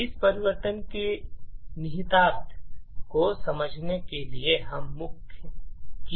इस परिवर्तन के निहितार्थ को समझने के लिए हम मुख्य की disassembly को देखते हैं